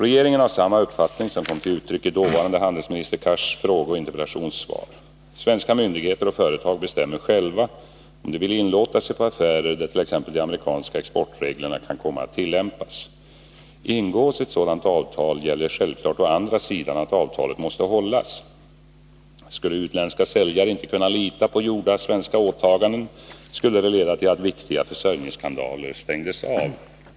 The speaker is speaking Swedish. Regeringen har samma uppfattning som kom till uttryck i dåvarande handelsminister Cars frågeoch interpellationssvar. Svenska myndigheter och företag bestämmer själva, om de vill inlåta sig på affärer där t.ex. de amerikanska exportreglerna kan komma att tillämpas. Ingås ett sådant avtal, gäller självfallet å andra sidan att avtalet måste hållas. Skulle utländska säljare inte kunna lita på gjorda svenska åtaganden, skulle det leda till att viktiga försörjningskanaler stängdes av.